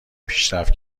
پیشرفت